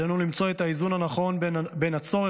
עלינו למצוא את האיזון הנכון בין הצורך